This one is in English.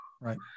right